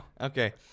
Okay